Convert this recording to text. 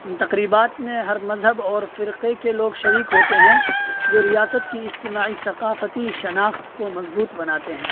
ان تقریبات میں ہر مذہب اور فرقے کے لوگ شریک ہوتے ہیں جو ریاست کی اجتماعی ثقافتی شناخت کو مضبوط بناتے ہیں